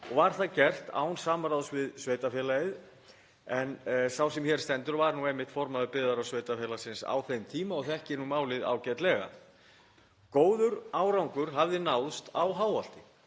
og var það gert án samráðs við sveitarfélagið. Sá sem hér stendur var einmitt formaður byggðarráðs sveitarfélagsins á þeim tíma og þekkir málið ágætlega. Góður árangur hafði náðst á Háholti